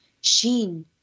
Sheen